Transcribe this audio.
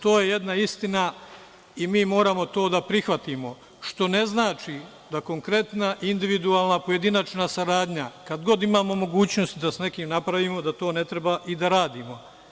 To je jedna istina i mi moramo to da prihvatimo, što ne znači da konkretna individualna, pojedinačna saradnja, kada god imamo mogućnost da sa nekim napravimo, da to ne treba i da radimo.